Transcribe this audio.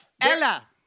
Ella